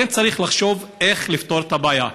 לכן, צריך לחשוב איך לפתור את הבעיה.